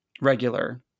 regular